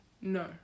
No